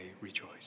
rejoice